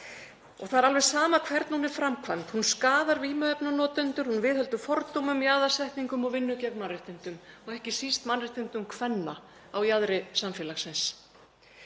Það er alveg sama hvernig hún er framkvæmd. Hún skaðar vímuefnanotendur, hún viðheldur fordómum, jaðarsetningu og vinnur gegn mannréttindum og ekki síst mannréttindum kvenna á jaðri samfélagsins.